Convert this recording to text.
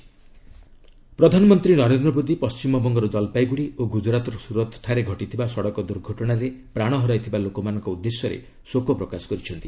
PM ପ୍ରଧାନମନ୍ତ୍ରୀ ନରେନ୍ଦ୍ର ମୋଦି ପଣ୍ଟିମବଙ୍ଗର ଜଲ୍ପାଇଗୁଡ଼ି ଓ ଗୁଜରାତ୍ର ସୁରତ୍ଠାରେ ଘଟିଥିବା ସଡ଼କ ଦୁର୍ଘଟଣାରେ ପ୍ରାଣ ହରାଇଥିବା ଲୋକମାନଙ୍କ ଉଦ୍ଦେଶ୍ୟରେ ଶୋକ ପ୍ରକାଶ କରିଛନ୍ତି